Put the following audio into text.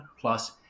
plus